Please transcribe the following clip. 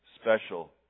special